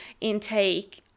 intake